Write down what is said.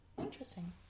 Interesting